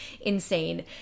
insane